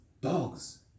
dogs